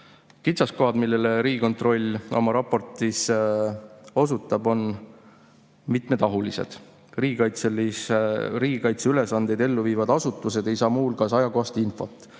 Kitsaskohad, millele Riigikontroll oma raportis osutab, on mitmetahulised. Riigikaitse ülesandeid ellu viivad asutused ei saa muu hulgas ajakohast infot.